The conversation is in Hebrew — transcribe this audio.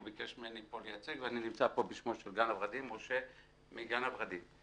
הוא ביקש ממני לייצג אותו ואני נמצא פה בשמו של משה מ"גן הוורדים".